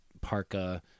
Parka